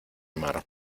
mar